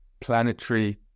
planetary